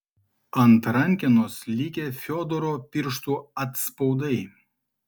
ant rankenos likę fiodoro pirštų atspaudai